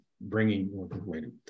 bringing